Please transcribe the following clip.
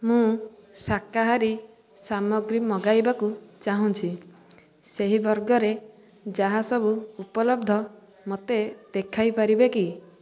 ମୁଁ ଶାକାହାରୀ ସାମଗ୍ରୀ ମଗାଇବାକୁ ଚାହୁଁଛି ସେହି ବର୍ଗରେ ଯାହା ସବୁ ଉପଲବ୍ଧ ମୋତେ ଦେଖାଇ ପାରିବେ କି